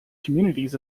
communities